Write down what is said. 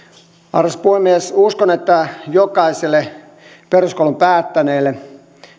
arvoisa puhemies uskon että jokaiselle peruskoulun päättäneelle